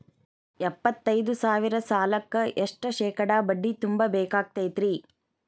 ಎಪ್ಪತ್ತೈದು ಸಾವಿರ ಸಾಲಕ್ಕ ಎಷ್ಟ ಶೇಕಡಾ ಬಡ್ಡಿ ತುಂಬ ಬೇಕಾಕ್ತೈತ್ರಿ?